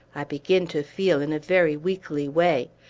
i begin to feel in a very weakly way.